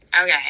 Okay